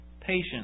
patience